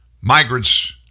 Migrants